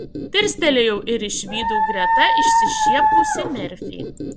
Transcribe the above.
dirstelėjau ir išvydau greta išsišiepusį merfį